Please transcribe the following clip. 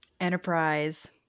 Enterprise